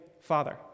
Father